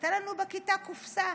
הייתה לנו בכיתה קופסה,